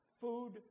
food